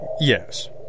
Yes